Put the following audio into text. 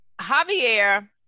Javier